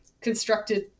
constructed